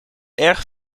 erg